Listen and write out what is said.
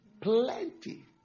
Plenty